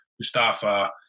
Mustafa